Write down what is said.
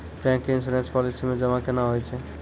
Bank के insurance policy मे जमा केना होय छै?